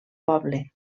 poble